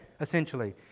essentially